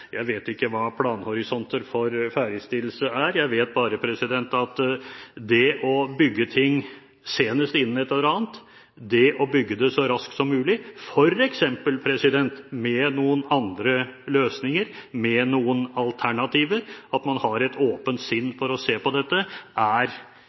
Jeg vet ikke hva planhorisonter for ferdigstillelse er. Jeg vet bare at det å bygge noe innen en eller annen frist, det å bygge det så raskt som mulig – f.eks. med noen andre løsninger, med noen alternativer – og at man har et åpent